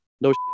no